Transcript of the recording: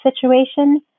situation